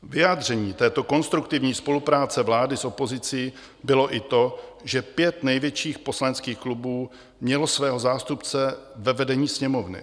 Vyjádřením této konstruktivní spolupráce vlády s opozicí bylo i to, že pět největších poslaneckých klubů mělo svého zástupce ve vedení Sněmovny.